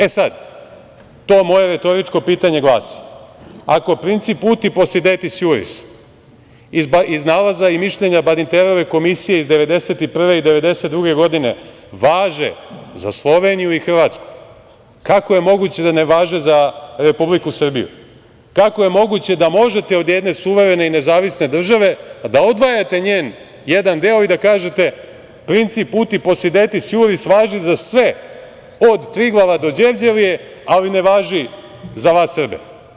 E sada, moje retoričko pitanje glasi – ako princip „uti posedetis juris“ iz nalaza i mišljenja Badinterove komisije iz 1991. i 1992. godine važe za Sloveniju i Hrvatsku, kako je moguće da ne važe za Republiku Srbiju, kako je moguće da možete od jedne suverene i nezavisne države da odvajate njen jedan deo i da kažete – princip „uti posedetis juris“ važi za sve od Triglava do Đevđelije, ali ne važi za vas Srbe.